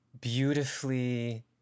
beautifully